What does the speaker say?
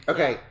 Okay